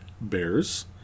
Bears